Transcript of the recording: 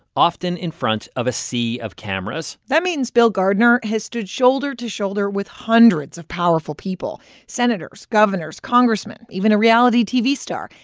often in front of a sea of cameras that means bill gardner has stood shoulder-to-shoulder with hundreds of powerful people senators, governors, congressmen, even a reality tv star.